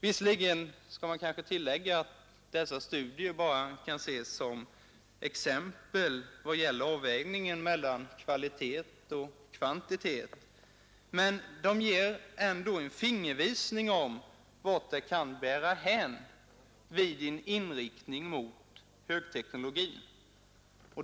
Visserligen skall kanske dessa studier bara ses som exempel på avvägningen mellan kvalitet och kvantitet, men de ger ändå en fingervisning om vart det kan bära hän vid en inriktning mot högteknologin.